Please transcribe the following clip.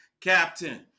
Captain